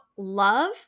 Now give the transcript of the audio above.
love